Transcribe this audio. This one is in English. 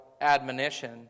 admonition